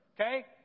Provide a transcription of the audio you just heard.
Okay